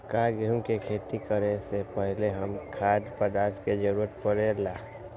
का गेहूं के खेती करे से पहले भी खाद्य पदार्थ के जरूरी परे ले?